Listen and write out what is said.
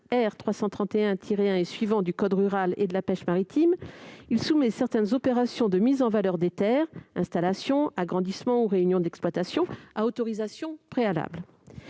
331-1 et suivants du code rural et de la pêche maritime, soumet certaines opérations de mise en valeur des terres- installation, agrandissement ou réunion d'exploitations -à autorisation préalable.